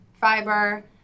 fiber